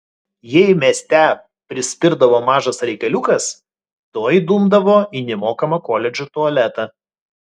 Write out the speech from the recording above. jei mieste prispirdavo mažas reikaliukas tuoj dumdavo į nemokamą koledžo tualetą